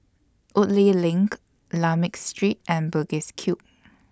Woodleigh LINK Lakme Street and Bugis Cube